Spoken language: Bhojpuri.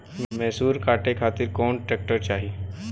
मैसूर काटे खातिर कौन ट्रैक्टर चाहीं?